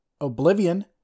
Oblivion